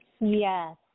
Yes